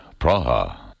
Praha